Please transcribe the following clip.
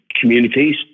communities